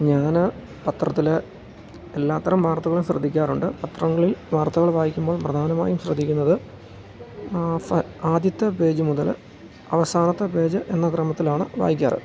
ഞാൻ പത്രത്തിൽ എല്ലാതരം വാർത്തകളും ശ്രദ്ധിക്കാറുണ്ട് പത്രങ്ങളിൽ വാർത്തകൾ വായിക്കുമ്പോൾ പ്രധാനമായും ശ്രദ്ധിക്കുന്നത് ആദ്യത്തെ പേജ് മുതൽ അവസാനത്തെ പേജ് എന്ന ക്രമത്തിലാണ് വായിക്കാറുള്ളത്